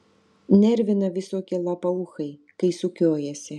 nervina visokie lapauchai kai sukiojasi